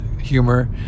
humor